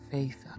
Faith